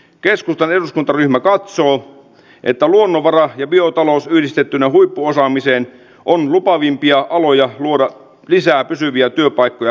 keskustan eduskuntaryhmä katsoo että luonnonvara ja biotalous yhdistettynä huippuosaamiseen on lupaavimpia aloja luoda lisää pysyviä työpaikkoja koko maahan